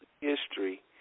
history